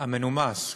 הכייס המנומס.